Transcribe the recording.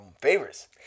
favorites